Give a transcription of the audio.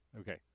Okay